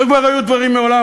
וכבר היו דברים מעולם,